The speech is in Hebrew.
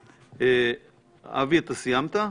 אבי, אתה סיימת?